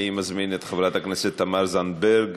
אני מזמין את חברת הכנסת תמר זנדברג,